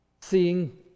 seeing